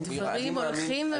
הדברים הולכים ומתבצעים.